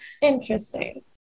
interesting